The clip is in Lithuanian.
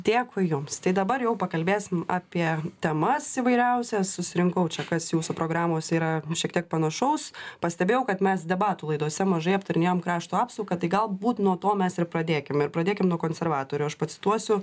dėkui jums tai dabar jau pakalbėsim apie temas įvairiausias susirinkau čia kas jūsų programose yra šiek tiek panašaus pastebėjau kad mes debatų laidose mažai aptarinėjom krašto apsaugą tai galbūt nuo to mes ir pradėkim ir pradėkim nuo konservatorių aš pacituosiu